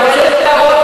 אני רוצה להראות